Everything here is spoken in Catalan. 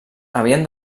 havien